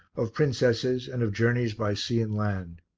of princesses and of journeys by sea and land.